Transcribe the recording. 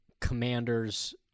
commanders